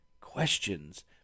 questions